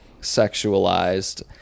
sexualized